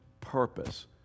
purpose